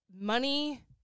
money